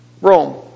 Rome